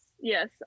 yes